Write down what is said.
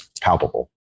palpable